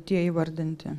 tie įvardinti